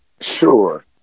Sure